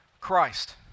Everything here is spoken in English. Christ